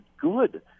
good